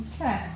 Okay